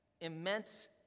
immense